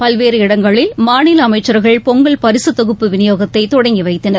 பல்வேறு இடங்களில் மாநில அமைச்சர்கள் பொங்கல் பரிசுத் தொகுப்பு விநியோகத்தை தொடங்கி வைத்தனர்